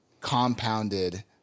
compounded